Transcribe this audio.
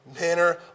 manner